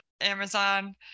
Amazon